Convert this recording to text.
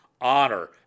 honor